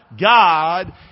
God